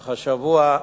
אך השבוע,